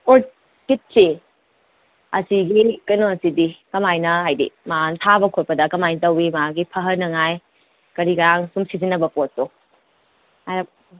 ꯑꯣꯔꯀꯤꯠꯁꯦ ꯑꯁꯤꯒꯤ ꯀꯩꯅꯣꯁꯤꯗꯤ ꯀꯃꯥꯏꯅ ꯍꯥꯏꯗꯤ ꯃꯥꯅ ꯊꯥꯕ ꯈꯣꯠꯄꯗ ꯀꯃꯥꯏꯅ ꯇꯧꯏ ꯃꯥꯒꯤ ꯐꯍꯟꯅꯉꯥꯏ ꯀꯔꯤ ꯀꯔꯥꯡ ꯁꯨꯝ ꯁꯤꯖꯤꯟꯅꯕ ꯄꯣꯠꯇꯣ ꯍꯥꯏꯔꯞ